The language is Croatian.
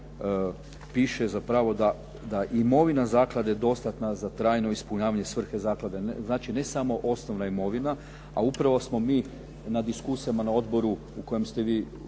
piše zapravo da imovina zaklade dostatna za trajno ispunjavanje svrhe zaklade, znači ne samo osnovna imovina. A upravo smo mi na diskusijama na odboru u kojem ste vi